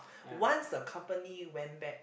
once the company went back